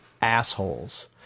assholes